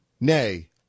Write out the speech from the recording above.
nay